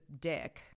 dick